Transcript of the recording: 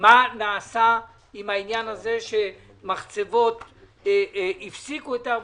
מה נעשה עם העניין הזה שמחצבות הפסיקו את עבודתן.